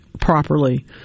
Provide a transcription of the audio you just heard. properly